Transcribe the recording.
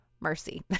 mercy